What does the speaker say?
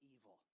evil